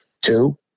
Two